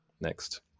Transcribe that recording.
next